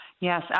Yes